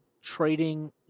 trading